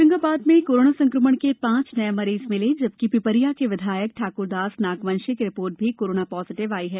होशंगाबाद में कोरोना संक्रमण के पांच नये मरीज मिले जबकि पिपरिया के विधायक ठाकुर दास नागवंशी की रिपोर्ट भी कोरोना पॉजिटिव आई है